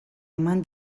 eman